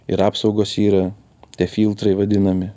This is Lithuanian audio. ir apsaugos yra tie filtrai vadinami